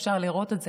כבר אפשר לראות את זה,